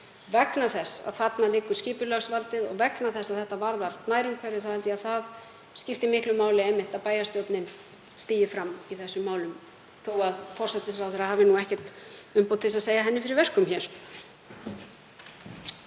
vegna þess að þarna liggur skipulagsvaldið og vegna þess að þetta varðar nærumhverfið, að það skipti miklu máli að bæjarstjórnin stígi fram í þessu máli þó að forsætisráðherra hafi nú ekkert umboð til að segja henni fyrir verkum hér.